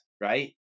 right